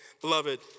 beloved